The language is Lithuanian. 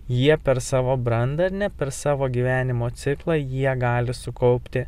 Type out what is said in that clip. jie per savo brandą ar ne per savo gyvenimo ciklą jie gali sukaupti